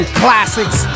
classics